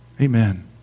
Amen